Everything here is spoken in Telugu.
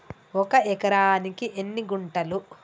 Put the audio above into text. ఒక ఎకరానికి ఎన్ని గుంటలు?